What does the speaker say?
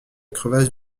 crevasse